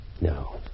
No